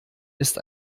ist